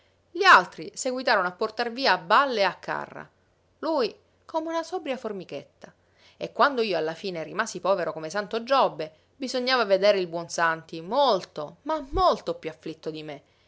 gli altri seguitarono a portar via a balle e a carra lui come una sobria formichetta e quando io alla fine rimasi povero come santo giobbe bisognava vedere il buon santi molto ma molto piú afflitto di me